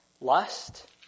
lust